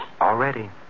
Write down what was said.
Already